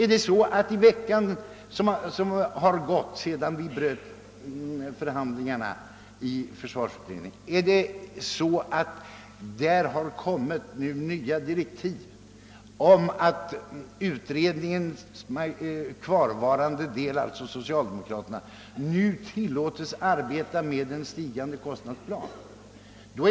Är det så att det under den vecka som gått sedan förhandlingarna strandade har kommit nya direktiv som gör det möjligt för utredningens kvarvarande del, alltså socialdemokraterna, att arbeta med en stigande kostnadsram?